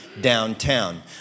downtown